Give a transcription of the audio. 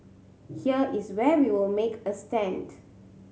here is where we will make a stand